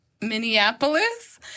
Minneapolis